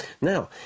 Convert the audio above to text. Now